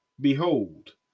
Behold